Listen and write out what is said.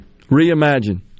Reimagine